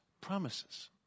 promises